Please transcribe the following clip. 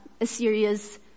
Assyria's